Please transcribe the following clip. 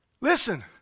Listen